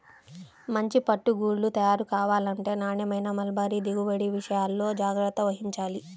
మంచి పట్టు గూళ్ళు తయారు కావాలంటే నాణ్యమైన మల్బరీ దిగుబడి విషయాల్లో జాగ్రత్త వహించాలి